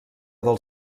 del